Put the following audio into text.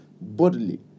bodily